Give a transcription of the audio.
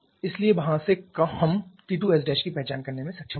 इसलिए वहां से हम T2s' की पहचान करने में सक्षम होंगे